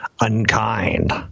unkind